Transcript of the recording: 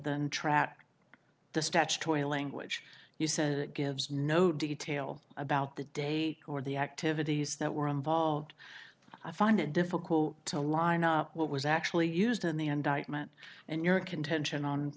than track the statutory language use and it gives no detail about the day or the activities that were involved i find it difficult to line up what was actually used in the indictment and your contention on